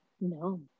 No